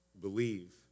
Believe